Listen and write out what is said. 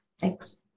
Thanks